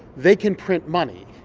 they can print money.